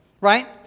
right